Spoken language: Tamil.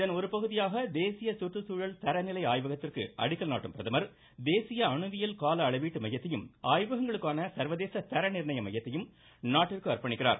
இதன் ஒருபகுதியாக தேசிய சுற்றுச்சூழல் தர நிலை ஆய்வகத்திற்கு அடிக்கல் நாட்டும் பிரதமர் தேசிய அணுவியல் கால அளவீட்டு மையத்தையும் ஆய்வகங்களுக்கான சர்வதேச தர நிர்ணய மையத்தையும் நாட்டிற்கு அர்ப்பணிக்கிறார்